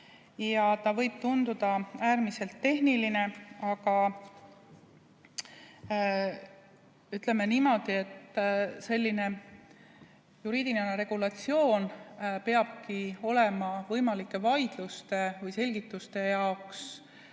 ja võib tunduda äärmiselt tehniline. Aga ütleme niimoodi, et selline juriidiline regulatsioon peabki olema võimalike vaidluste [ärahoidmiseks]